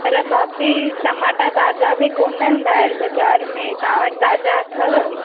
पर भाभी टमाटा ताज़ा बि कोन आहिनि बाज़ारि में तव्हां वटि ताज़ा अथव